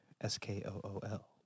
S-K-O-O-L